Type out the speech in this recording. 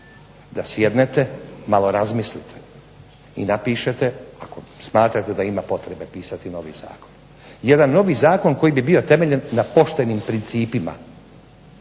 da sjednete, malo razmislite i napišete ako smatrate da ima potrebe pisati novi zakon, jedan novi zakon koji bi bio temeljen na poštenim principima,